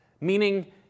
meaning